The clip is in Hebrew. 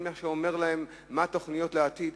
אין מי שאומר להם מה התוכניות לעתיד,